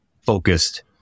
focused